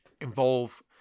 involve